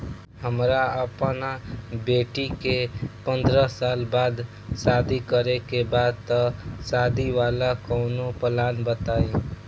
हमरा अपना बेटी के पंद्रह साल बाद शादी करे के बा त शादी वाला कऊनो प्लान बताई?